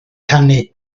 canu